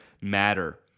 matter